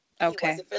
okay